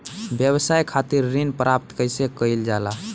व्यवसाय खातिर ऋण प्राप्त कइसे कइल जाला?